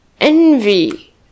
envy